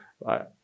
right